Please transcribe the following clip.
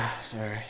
Sorry